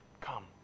Come